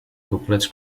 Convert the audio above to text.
couplets